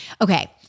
Okay